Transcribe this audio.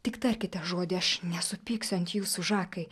tik tarkite žodį aš nesupyksiu ant jūsų žakai